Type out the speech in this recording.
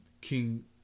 king